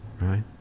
right